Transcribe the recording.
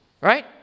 right